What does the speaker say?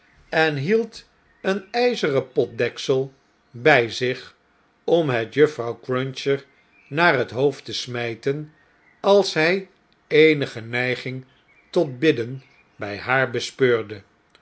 en hield een uzeren potdeksel by zich om het juffrouw cruncher naar het hoofd te smyten als hjj eenige neigingtot bidden bjj haar bespeurde